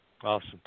Awesome